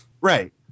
Right